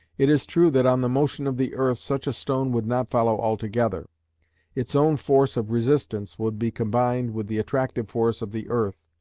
it is true that on the motion of the earth such a stone would not follow altogether its own force of resistance would be combined with the attractive force of the earth,